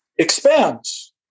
expands